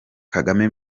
kagame